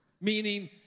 meaning